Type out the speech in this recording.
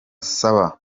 saba